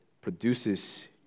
produces